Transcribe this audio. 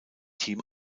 team